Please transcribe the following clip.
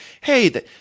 hey